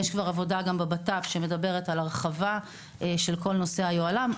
יש כבר עבודה בבט"פ שמדברת על הרחבה של כל נושא היוהל"מ,